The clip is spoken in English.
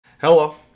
Hello